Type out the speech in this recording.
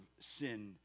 sin